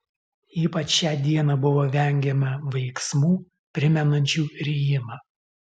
ypač šią dieną buvo vengiama veiksmų primenančių rijimą